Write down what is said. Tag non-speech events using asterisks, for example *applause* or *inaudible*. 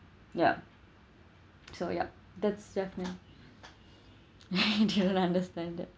yup so yup that's happening *breath* *laughs* do you understand that